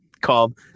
called